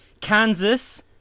Kansas